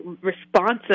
responsive